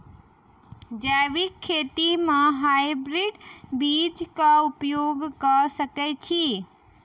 जैविक खेती म हायब्रिडस बीज कऽ उपयोग कऽ सकैय छी?